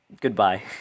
Goodbye